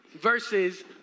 versus